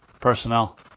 personnel